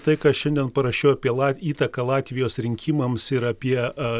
tai ką šiandien parašiau apie lat įtaką latvijos rinkimams ir apie